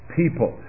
people